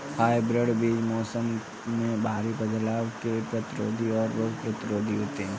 hybrid बीज मौसम में भारी बदलाव के प्रतिरोधी और रोग प्रतिरोधी होते हैं